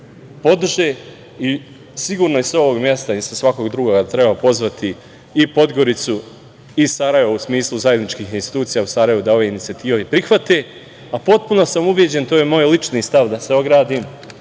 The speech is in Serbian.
podrže i sigurno i sa ovog mesta i sa svakog drugog, treba pozvati i Podgoricu i Sarajevo u smislu zajedničkih institucija, u Sarajevu dao inicijativu da prihvate, a potpuno sam ubeđen, to je moje lični stav, da se ogradim,